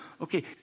okay